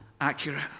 accurate